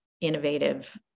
innovative